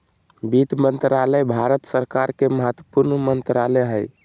वित्त मंत्रालय भारत सरकार के महत्वपूर्ण मंत्रालय हइ